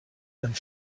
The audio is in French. and